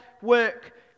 work